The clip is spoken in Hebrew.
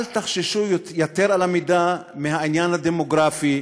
אל תחששו יתר על המידה מהעניין הדמוגרפי,